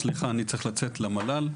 אני צריך לצאת למל"ל,